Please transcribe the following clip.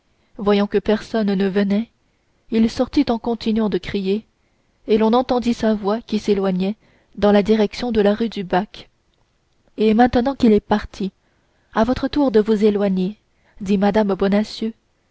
voyant que personne ne venait il sortit en continuant de crier et l'on entendit sa voix qui s'éloignait dans la direction de la rue du bac et maintenant qu'il est parti à votre tour de vous éloigner dit mme bonacieux